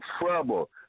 trouble